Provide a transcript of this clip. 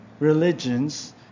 religions